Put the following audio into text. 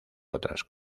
otras